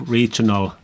regional